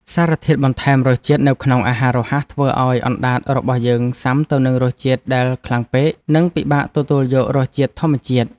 សារធាតុបន្ថែមរសជាតិនៅក្នុងអាហាររហ័សធ្វើឲ្យអណ្តាតរបស់យើងស៊ាំទៅនឹងរសជាតិដែលខ្លាំងពេក និងពិបាកទទួលយករសជាតិធម្មជាតិ។